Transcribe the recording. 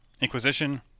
Inquisition